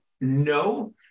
no